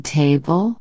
table